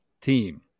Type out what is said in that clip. team